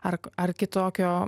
ar ar kitokio